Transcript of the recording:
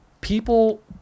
people